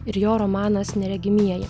ir jo romanas neregimieji